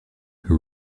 who